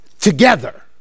together